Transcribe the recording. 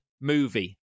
movie